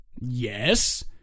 Yes